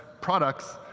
products,